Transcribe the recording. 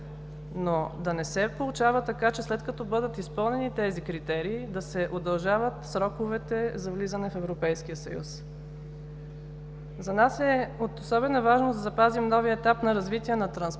Но да не се получава така, че след като бъдат изпълнени тези критерии, да се удължават сроковете за влизане в Европейския съюз. За нас е от особена важност да запазим новия етап на развитие на транспортна,